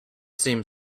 seemed